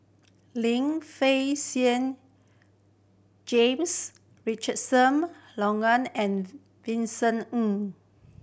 Lim Fei Shen James Richardson Logan and Vincent Ng